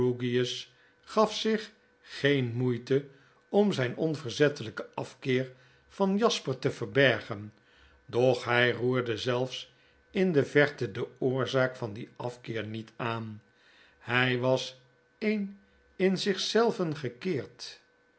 gaf zich geen moeite om zijn onverzettely ken afkeer van jasper te verbergen doch hy roerde zelfs indeverte de oorzak van dien afkeer niet aan hg was een in zich zelven gekeerd